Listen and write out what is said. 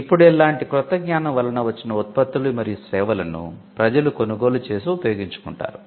ఇప్పుడు ఇలాంటి క్రొత్త జ్ఞానం వలన వచ్చిన ఉత్పత్తులు మరియు సేవలను ప్రజలు కొనుగోలు చేసి ఉపయోగించుకుంటారు